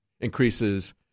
increases